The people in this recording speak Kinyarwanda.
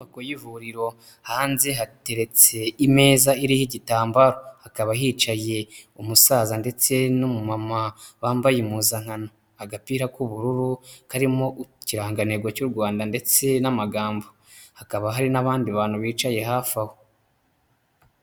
Inyubako y'ivuriro, hanze hateretse imeza iriho igitambaro, hakaba hicaye umusaza ndetse n'umumama bambaye impuzankano, agapira k'ubururu karimo ikirangantego cy'u Rwanda ndetse n'amagambo, hakaba hari n'abandi bantu bicaye hafi aho.